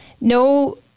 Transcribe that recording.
no